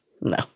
no